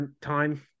time